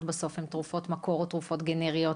בסוף הן תרופות מקור או תרופות גנריות,